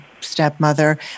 stepmother